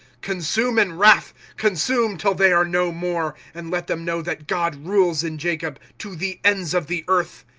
consume in wrath, consume till they are no more and let them know that god rules in jacob, to the ends of the earth.